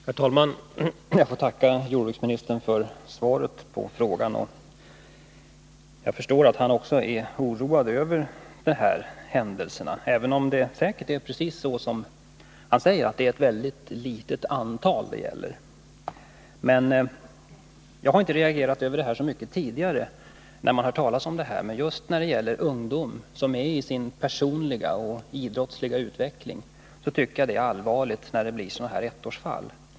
Herr talman! Jag får tacka jordbruksministern för svaret på frågan. Jag förstår att också jordbruksministern är oroad över de här händelserna, även om det säkert är precis så som han säger, att det är ett väldigt litet antal det gäller. Jag har inte reagerat mot detta så mycket tidigare, när jag hört talas om det, men just då det gäller ungdom, som är i sin personliga och idrottsliga utveckling, tycker jag det är allvarligt att det blir sådana här ettårsfall.